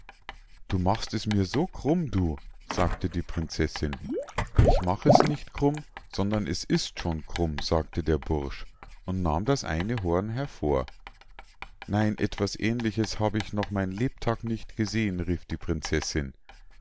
du machst es mir so krumm du sagte die prinzessinn ich mach es nicht krumm sondern es ist schon krumm sagte der bursch und nahm das eine horn hervor nein etwas ähnliches hab ich noch mein lebtag nicht gesehn rief die prinzessinn